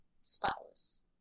Spotless